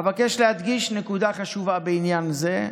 אבקש להדגיש נקודה חשובה בעניין זה: